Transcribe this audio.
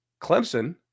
Clemson